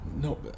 No